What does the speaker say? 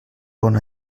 bon